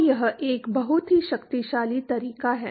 तो यह एक बहुत ही शक्तिशाली तरीका है